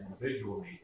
individually